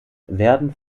werden